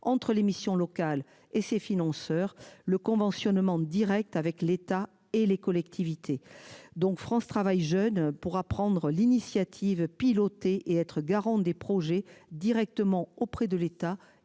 entre les missions locales et ses financeurs le conventionnement directe avec l'État et les collectivités. Donc France travail jeune pourra prendre l'initiative pilotée et être garant des projets directement auprès de l'État